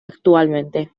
actualmente